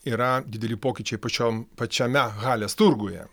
yra dideli pokyčiai pačiom pačiame halės turguje